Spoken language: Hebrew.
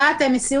עלינו